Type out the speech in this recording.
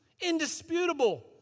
Indisputable